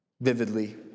Vividly